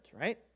right